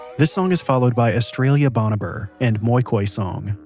this song is followed by australia barnumbirr and moikoi song.